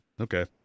Okay